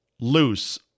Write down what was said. loose